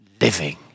living